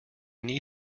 need